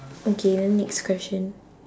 okay then next question